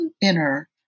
inner